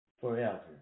forever